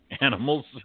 animals